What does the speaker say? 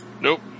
Nope